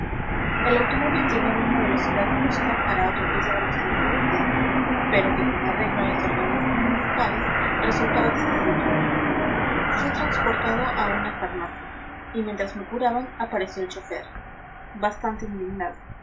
el automóvil llevaba una velocidad justa para atropellar a los transeúntes pero que con arreglo a las ordenanzas municipales resultaba excesiva fui transportado a una farmacia y mientras me curaban apareció el chauffeur bastante